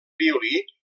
violí